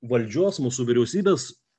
valdžios mūsų vyriausybės